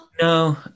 No